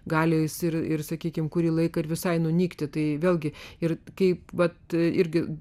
gali jis ir ir sakykime kurį laiką visai nunykti tai vėlgi ir kaip mat irgi